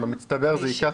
במצטבר זה ייקח טיפה זמן.